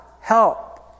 help